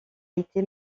été